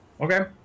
Okay